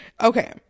Okay